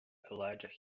elijah